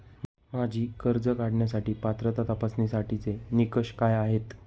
माझी कर्ज काढण्यासाठी पात्रता तपासण्यासाठीचे निकष काय आहेत?